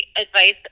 advice